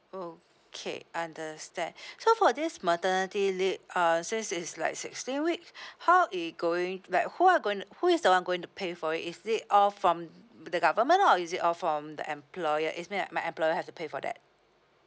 okay understand so for this maternity lea~ uh since is like sixteen week how it going like who are gonna who is the one going to pay for it is it all from the government or is it all from the employer is mean my employer have to pay for that